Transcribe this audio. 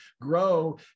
grow